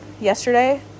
yesterday